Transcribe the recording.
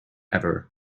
ever